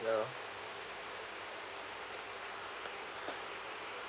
ya